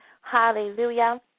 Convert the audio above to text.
hallelujah